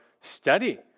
study